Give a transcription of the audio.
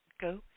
Go